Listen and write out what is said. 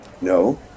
No